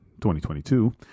2022